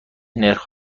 نرخ